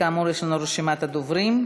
כאמור, יש לנו רשימת דוברים: